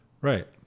Right